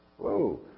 Whoa